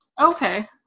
Okay